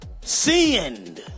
send